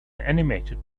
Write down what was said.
animated